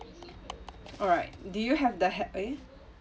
alright do you have the ha~ eh